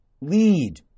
lead